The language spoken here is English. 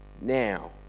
Now